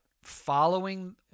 following